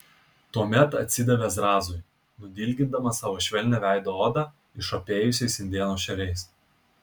tuomet atsidavė zrazui nudilgindamas savo švelnią veido odą išopėjusiais indėno šeriais